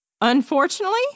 Unfortunately